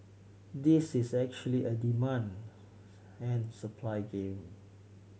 this is actually a demand and supply game